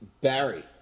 Barry